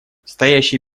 стоящие